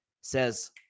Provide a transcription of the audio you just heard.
says